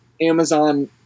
Amazon